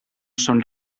són